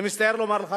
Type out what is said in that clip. אני מצטער לומר לך,